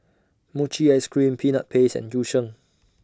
Mochi Ice Cream Peanut Paste and Yu Sheng